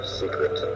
secret